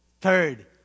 Third